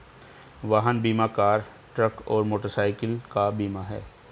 वाहन बीमा car, truck और मोटरसाइकिल का बीमा है